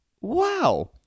Wow